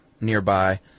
nearby